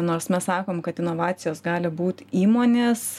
nors mes sakom kad inovacijos gali būt įmonės